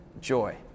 joy